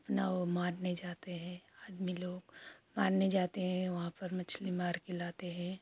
अपना वह मारने जाते हैं आदमी लोग मारने जाते हैं वहाँ पर मछली मारकर लाते हैं